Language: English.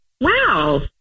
Wow